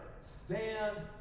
stand